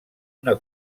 una